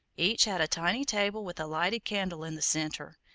each had a tiny table with a lighted candle in the center,